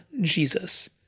Jesus